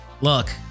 look